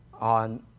on